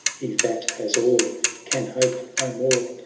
he, that has all can hope no more!